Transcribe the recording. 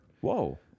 whoa